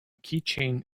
keychain